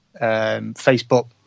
Facebook